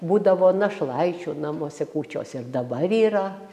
būdavo našlaičių namuose kūčios ir dabar yra